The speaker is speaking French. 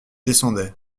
descendait